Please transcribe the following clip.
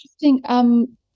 interesting